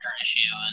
issues